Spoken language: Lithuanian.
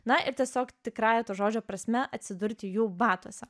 na ir tiesiog tikrąja to žodžio prasme atsidurti jų batuose